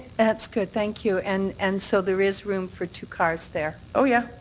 that's good, thank you. and and so there is room for two cars there. oh, yeah.